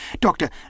Doctor